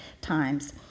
times